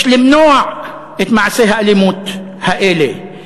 יש למנוע את מעשי האלימות האלה.